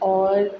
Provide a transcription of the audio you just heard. और